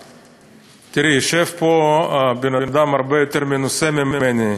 תראי, יושב פה בן-אדם הרבה יותר מנוסה ממני.